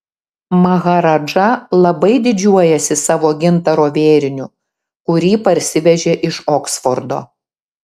maharadža labai didžiuojasi savo gintaro vėriniu kurį parsivežė iš oksfordo